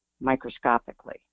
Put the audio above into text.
microscopically